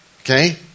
Okay